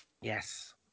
Yes